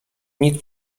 nic